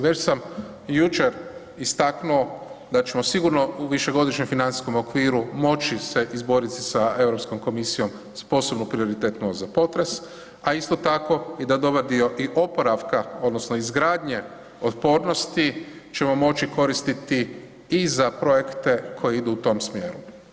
Već sam jučer istaknuo da ćemo sigurno u višegodišnjem financijskom okviru moći se izboriti sa Europskom komisijom s posebno prioritetno za potres, a isto tako i da dobar dio i oporavka odnosno izgradnje otpornosti ćemo moći koristiti i za projekte koji idu u tom smjeru.